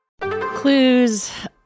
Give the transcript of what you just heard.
Clues